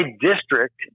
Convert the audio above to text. district